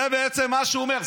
זה בעצם מה שהוא אומר.